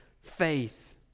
faith